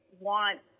want